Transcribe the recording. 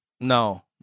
No